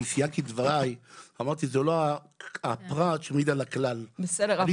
אני סייגתי את דבריי ואמרתי שזה לא הפרט שמעיד על הכלל --- להיות